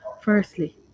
Firstly